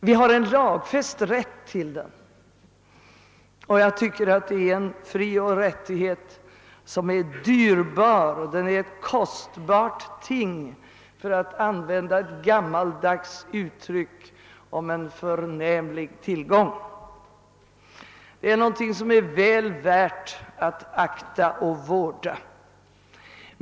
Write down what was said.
Vi har en lagfäst rätt till den, och jag tycker den är en dyrbar frioch rättighet — ett kostbart ting, för att använda ett gammaldags uttryck om en förnämlig tillgång. Den är någonting som är väl värt att akta och vårda.